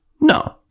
No